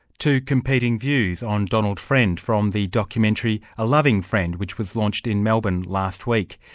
two competing views on donald friend from the documentary, a loving friend, which was launched in melbourne last week.